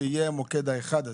שיהיה המוקד האחד הזה,